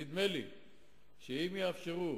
נדמה לי שאם יאפשרו